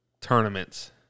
tournaments